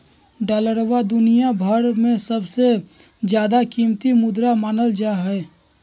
डालरवा दुनिया भर में सबसे ज्यादा कीमती मुद्रा मानल जाहई